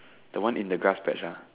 the one in the grass patch ah